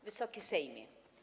Wysoki Sejmie!